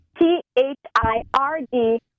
T-H-I-R-D